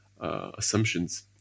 Assumptions